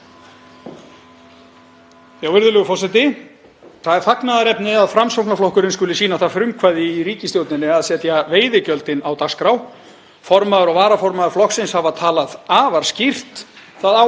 Formaður og varaformaður flokksins hafa talað afar skýrt. Það á að hækka veiðigjöld og, virðulegur forseti, röksemdafærslan er líka skýr. Það er talað um ofurhagnað og sífellt aukin ítök sjávarútvegsfyrirtækja í öðrum greinum.